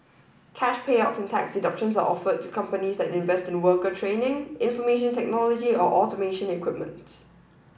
cash payouts and tax deductions are offered to companies that invest in worker training information technology or automation equipment